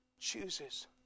chooses